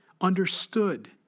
Understood